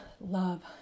love